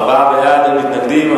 ארבעה בעד, אין מתנגדים.